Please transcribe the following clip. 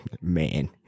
Man